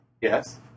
Yes